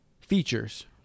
features